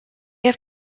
have